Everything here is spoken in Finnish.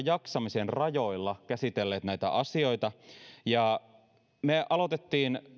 jaksamisen rajoilla käsitelleet näitä asioita me aloitimme